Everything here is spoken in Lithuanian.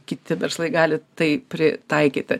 kiti verslai gali tai pritaikyti